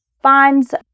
finds